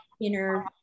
inner